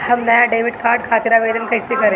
हम नया debit card खातिर आवेदन कईसे करी?